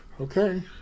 okay